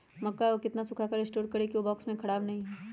मक्का को कितना सूखा कर स्टोर करें की ओ बॉक्स में ख़राब नहीं हो?